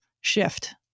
shift